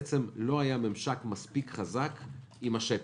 שלא היה ממשק מספיק חזק עם השטח.